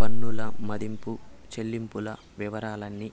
పన్నుల మదింపు చెల్లింపుల వివరాలన్నీ